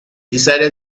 decided